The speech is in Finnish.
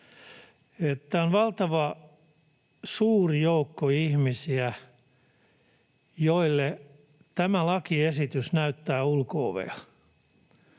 Että on valtavan suuri joukko ihmisiä, joille tämä lakiesitys näyttää ulko-ovea,